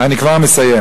אני כבר מסיים.